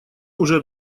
уже